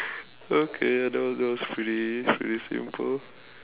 okay that was that was pretty pretty simple